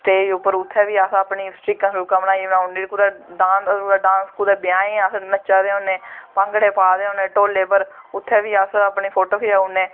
stage उप्पर उत्थें अस सट्रिकां सटूकां बनाई ओड़ने होने डांस कुदै ब्याहें अस कुदै नच्चा दे होने भांगड़े पा ने होने ढोलें पर उत्थें बी अस अपनी पोटो खचाई ओड़ने